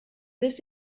this